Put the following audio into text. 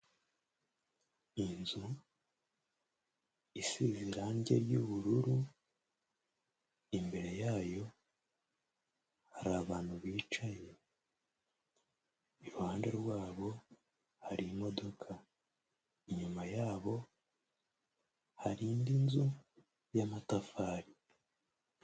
Inzu isize irangi ry'ubururu, imbere yayo hari abantu bicaye, iruhande rwabo hari imodoka, inyuma yabo hari indi inzu y'amatafari.